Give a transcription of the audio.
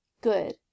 Good